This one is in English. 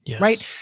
Right